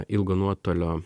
ilgo nuotolio